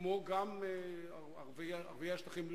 כמו גם ערביי השטחים,